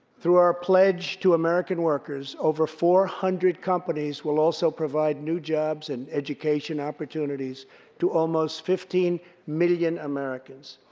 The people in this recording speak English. through our pledge to american workers, over four hundred companies will also provide new jobs and education opportunities to almost fifteen million americans.